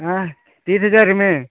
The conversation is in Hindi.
हाँ तीस हजार में